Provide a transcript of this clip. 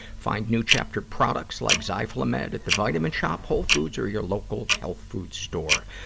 find new chapter products like zyflamed at at the vitamin shoppe, whole foods, or your local health food store.